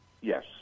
Yes